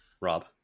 Rob